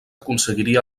aconseguiria